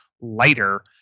lighter